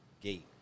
gate